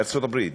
בארצות-הברית,